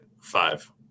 five